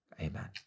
Amen